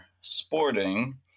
Sporting